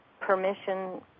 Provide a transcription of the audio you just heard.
permission